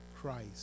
Christ